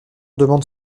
demande